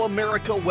America